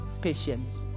patience